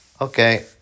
Okay